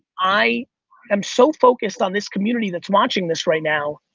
i am so focused on this community that's watching this right now,